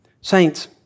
Saints